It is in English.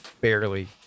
barely